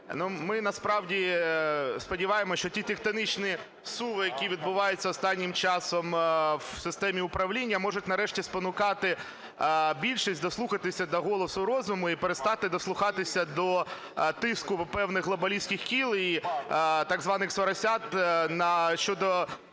Ми насправді сподіваємось, що ті тектонічні зсуви, які відбуваються останнім часом в системі управління, можуть нарешті спонукати більшість дослухатись до голосу розуму і перестати дослухатися до тиску певних глобаліських кіл і так званих "соросят" щодо